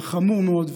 זה חמור מאוד,